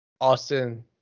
Austin